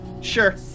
Sure